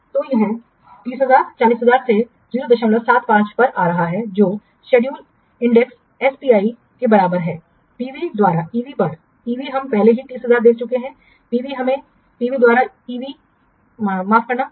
तो यह 30000 40000 से 075 पर आ रहा है और शेड्यूल इंडेक्स एसपीआई बराबर है पीवी द्वारा ईवी पर ईवी हम पहले ही 30000 देख चुके हैं पीवी हमें पीवी द्वारा ईवी माफ करना है